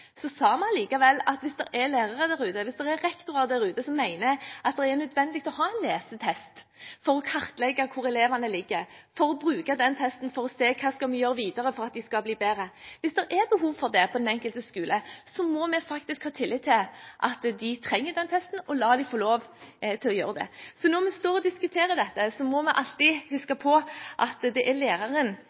sa vi allikevel at hvis det er lærere der ute, hvis det er rektorer der ute, som mener at det er nødvendig å ha en lesetest for å kartlegge hvor elevene ligger, for å bruke den testen til å se hva de skal gjøre videre for at elevene skal bli bedre, hvis det er behov for det på den enkelte skole, må vi ha tillit til at de trenger den testen, og lar dem få lov til å gjøre det. Når vi står og diskuterer dette, må vi alltid huske på at det er læreren